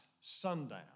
sundown